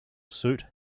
suit